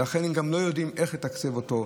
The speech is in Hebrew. ולכן הם גם לא יודעים איך לתקצב אותו.